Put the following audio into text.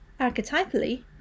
Archetypally